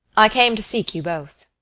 i came to seek you both.